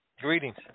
Greetings